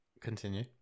Continue